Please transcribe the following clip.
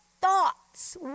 thoughts